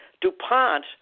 DuPont